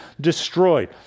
destroyed